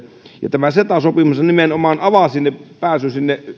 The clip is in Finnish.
ja tämä ceta sopimus nimenomaan avaa pääsyn sinne